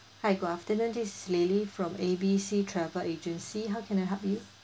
hi good afternoon this is lily from A B C travel agency how can I help you